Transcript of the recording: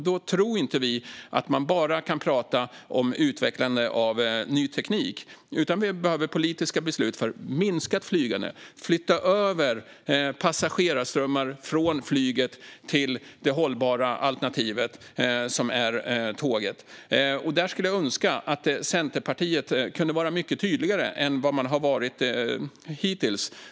Vi tror inte att man bara kan tala om att utveckla ny teknik, utan även politiska beslut behövs för att minska flygandet och flytta över passagerarströmmar från flyget till det hållbara alternativet, det vill säga tåget. Jag önskar att Centerpartiet kunde vara mycket tydligare än vad man har varit hittills.